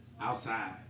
outside